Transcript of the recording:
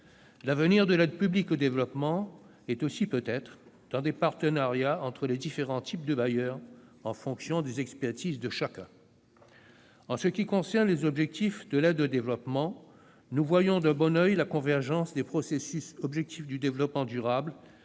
L'avenir de l'aide publique au développement est aussi, peut-être, dans des partenariats entre les différents types de bailleurs, en fonction des expertises de chacun. En ce qui concerne les objectifs de l'aide au développement, nous voyons d'un bon oeil la convergence des processus « objectifs du développement durable